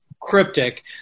cryptic